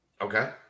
Okay